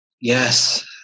yes